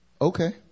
okay